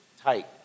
tight